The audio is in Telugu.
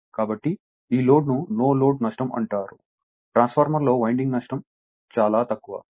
కాబట్టి ఈ లోడ్ ను నో లోడ్ నష్టం అంటారుట్రాన్స్ఫార్మర్లో వైండింగ్ నష్టం చాలా తక్కువ